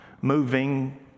moving